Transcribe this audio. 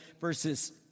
verses